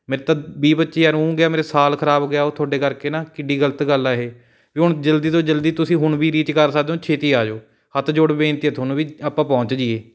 ਮੇਰਾ ਤਾਂ ਵੀਹ ਪੱਚੀ ਹਜ਼ਾਰ ਊ ਗਿਆ ਮੇਰਾ ਸਾਲ ਖ਼ਰਾਬ ਹੋ ਗਿਆ ਉਹ ਤੁਹਾਡੇ ਕਰਕੇ ਨਾ ਕਿੱਡੀ ਗਲਤ ਗੱਲ ਆ ਇਹ ਵੀ ਹੁਣ ਜਲਦੀ ਤੋਂ ਜਲਦੀ ਤੁਸੀਂ ਹੁਣ ਵੀ ਰੀਚ ਕਰ ਸਕਦੇ ਹੋ ਛੇਤੀ ਆ ਜੋ ਹੱਥ ਜੋੜ ਬੇਨਤੀ ਹੈ ਤੁਹਾਨੂੰ ਵੀ ਆਪਾਂ ਪਹੁੰਚ ਜੀਏ